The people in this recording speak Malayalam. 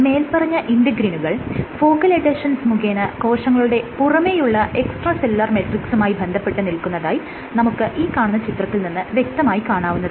മേല്പറഞ്ഞ ഇന്റെഗ്രിനുകൾ ഫോക്കൽ എഡ്ഹെഷൻസ് മുഖേന കോശങ്ങളുടെ പുറമെയുള്ള എക്സ്ട്രാ സെല്ലുലാർ മെട്രിക്സുമായി ബന്ധപ്പെട്ട് നിൽക്കുന്നതായി നമുക്ക് ഈ കാണുന്ന ചിത്രത്തിൽ നിന്നും വ്യക്തമായി കാണാവുന്നതാണ്